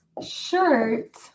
shirt